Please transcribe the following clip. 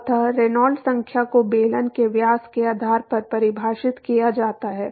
अतः रेनॉल्ड्स संख्या को बेलन के व्यास के आधार पर परिभाषित किया जाता है